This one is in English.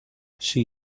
she